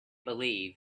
believe